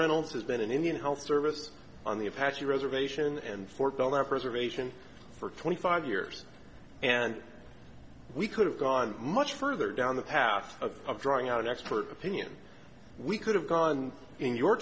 reynolds has been an indian health service on the apache reservation and fort belvoir preservation for twenty five years and we could've gone much further down the path of drawing out expert opinion we could have gone in your